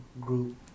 group